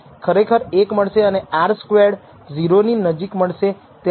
આપણે વર્ણવેલ સૂત્રોનો ઉપયોગ કરીને ડેટામાંથી આ ગણતરીઓ